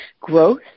Growth